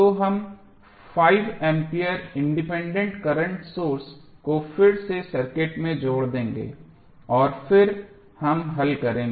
तो हम 5 ampere independent current source को फिर से सर्किट में जोड़ देंगे और फिर हम हल करेंगे